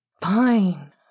Fine